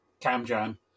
CamJam